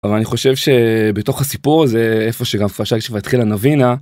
אבל אני חושב שבתוך הסיפור הזה, איפה שגם... התחילה נבינה...